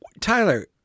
Tyler